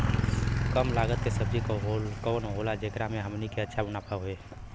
कम लागत के सब्जी कवन होला जेकरा में हमनी के अच्छा मुनाफा होखे?